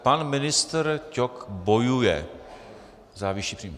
Pan ministr Ťok bojuje za vyšší příjmy.